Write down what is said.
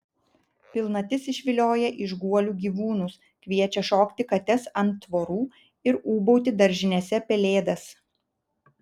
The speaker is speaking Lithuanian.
pilnatis išvilioja iš guolių gyvūnus kviečia šokti kates ant tvorų ir ūbauti daržinėse pelėdas